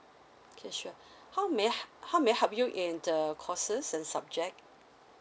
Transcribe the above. okay sure how may I how may I help you in the courses and subject